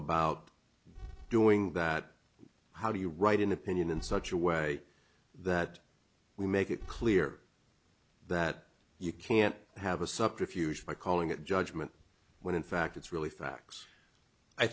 about doing that how do you write an opinion in such a way that we make it clear that you can't have a subterfuge by calling it judgment when in fact it's really facts i